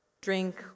drink